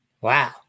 Wow